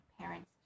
parents